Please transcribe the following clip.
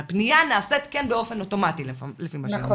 הפנייה נעשית כן באופן אוטומטי לפי מה שנאמר.